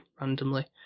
randomly